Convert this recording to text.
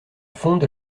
fonde